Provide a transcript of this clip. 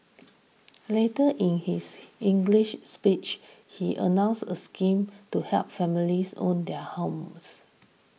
later in his English speech he announced a scheme to help families own their homes